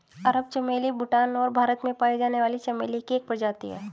अरब चमेली भूटान और भारत में पाई जाने वाली चमेली की एक प्रजाति है